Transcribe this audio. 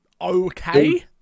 Okay